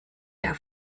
der